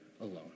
alone